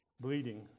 bleeding